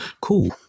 cool